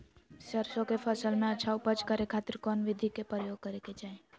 सरसों के फसल में अच्छा उपज करे खातिर कौन विधि के प्रयोग करे के चाही?